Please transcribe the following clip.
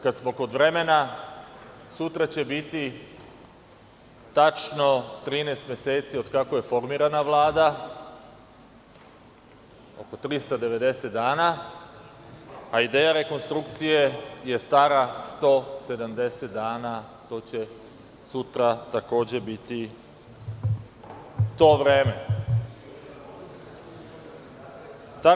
Kada smo kod vremena, sutra će biti tačno 13 meseci od kada je formirana Vlada, 390 dana, a ideja rekonstrukcije je stara 170 dana, to će sutra takođe biti to vreme.